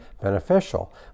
beneficial